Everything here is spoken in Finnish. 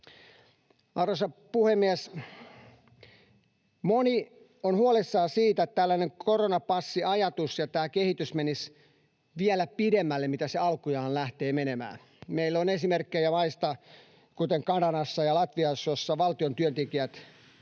Arvoisa puhemies! Moni on huolissaan siitä, että tällainen koronapassiajatus ja tämä kehitys menisivät vielä pidemmälle kuin se alkujaan lähtee menemään. Meillä on esimerkkejä maista, kuten Kanadasta ja Latviasta, missä valtion työntekijät joutuvat